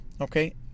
okay